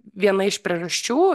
viena iš priežasčių